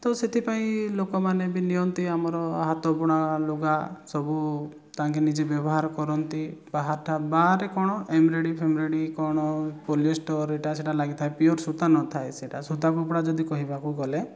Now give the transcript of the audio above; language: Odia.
ତ ସେଥିପାଇଁ ଏ ଲୋକମାନେ ବି ନିଅନ୍ତି ଆମର ହାତବୁଣା ଲୁଗା ସବୁ ତାଙ୍କେ ନିଜେ ବ୍ୟବହାର କରନ୍ତି ବାହାରେ କ'ଣ ଏମ୍ବ୍ରୋଡ୍ରି ଫେମୋଡ୍ରି କ'ଣ ପଲିଷ୍ଟର୍ ଏଇଟା ସେଇଟା ଲାଗିଥାଏ ପିଓର୍ ସୂତା ନଥାଏ ସେଇଟା ସୂତା କପଡ଼ା ଯଦି କହିବାକୁ ଗଲେ